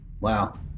Wow